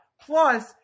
Plus